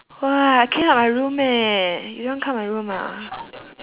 !wah! I clean up my room eh you don't want come my room ah